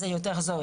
אז זה יותר זול,